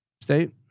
State